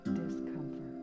discomfort